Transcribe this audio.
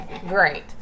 great